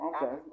Okay